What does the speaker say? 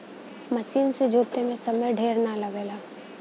मसीन से जोते में समय ढेर ना लगला